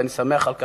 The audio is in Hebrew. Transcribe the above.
ואני שמח על כך,